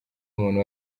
n’umuntu